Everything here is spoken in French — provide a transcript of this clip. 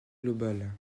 global